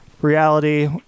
reality